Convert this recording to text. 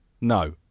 No